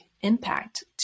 impact